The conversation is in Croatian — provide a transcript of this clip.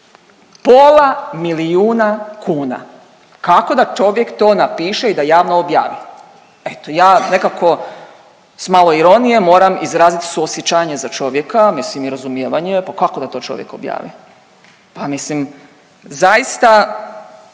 Pola milijuna kuna. Kako da čovjek to napiše i da javno objavi? Eto, ja nekako s malo ironije moram izrazit suosjećanje za čovjeka, mislim i razumijevanje, kako da to čovjek objavi? Pa mislim, zaista